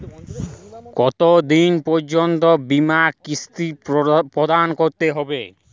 কতো দিন পর্যন্ত বিমার কিস্তি প্রদান করতে হবে?